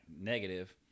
negative